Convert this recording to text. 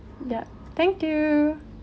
ya thank you